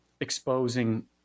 exposing